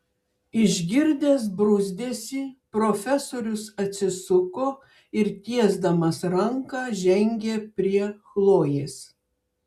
išgirdęs bruzdesį profesorius atsisuko ir tiesdamas ranką žengė prie chlojės